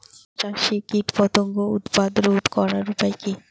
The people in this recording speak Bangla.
টমেটো চাষে কীটপতঙ্গের উৎপাত রোধ করার উপায় কী?